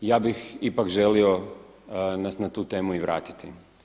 Ja bih ipak želio nas na tu temu i vratiti.